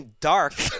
dark